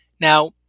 Now